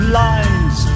lines